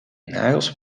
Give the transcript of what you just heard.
nagels